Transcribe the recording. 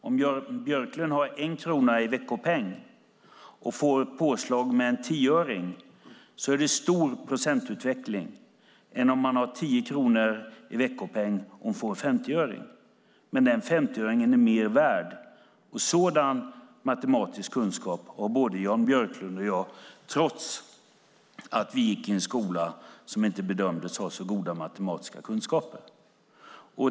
Om Jan Björklund har 1 krona i veckopeng och får ett påslag med en 10-öring är det fråga om en stor procentutveckling jämfört med om han har 10 kronor i veckopeng och får en 50-öring; den 50-öringen är mer värd. Sådan matematisk kunskap har både Jan Björklund och jag, trots att vi gick i en skola där man inte bedömdes ha särskilt goda matematiska kunskaper.